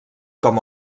com